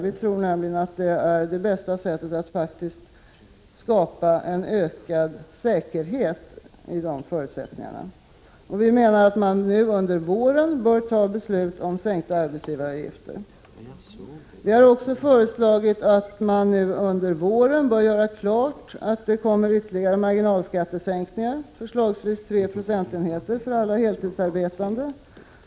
Vi tror nämligen att det är det bästa sättet att faktiskt skapa en ökad säkerhet. Vi menar att man nu under våren bör fatta beslut om sänkta arbetsgivaravgifter. Vi har också föreslagit att det under våren görs klart att ytterligare marginalskattesänkningar kommer, förslagsvis på tre procentenheter för alla heltidsarbetande.